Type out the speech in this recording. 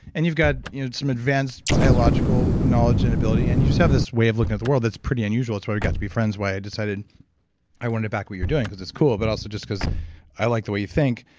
and you've got you know some advanced biological knowledge and ability, and you just have this way of looking at the world that's pretty unusual. why we got to be friends, why i decided i wanted to back what you're doing, because it's cool, but also, just because i like the way you think.